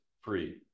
free